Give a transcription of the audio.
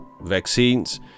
vaccines